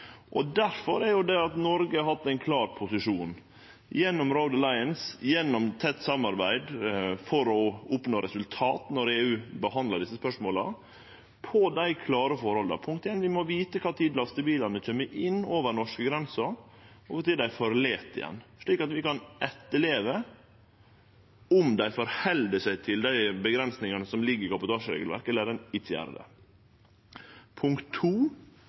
Noreg hatt ein klar posisjon gjennom tett samarbeid i Road Alliance for å oppnå resultat når EU behandlar desse spørsmåla, om desse klare forholda: Vi må vite når lastebilane kjem inn over norskegrensa, og når dei forlèt Noreg igjen, slik at vi kan sjå om dei rettar seg etter dei avgrensingane som ligg i kabotasjeregelverket, eller om dei ikkje gjer det.